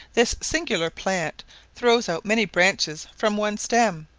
this singular plant throws out many branches from one stem,